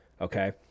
okay